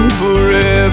forever